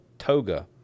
Toga